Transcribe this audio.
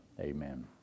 Amen